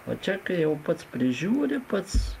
o čia kai jau pats prižiūri pats